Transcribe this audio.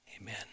Amen